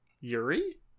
Yuri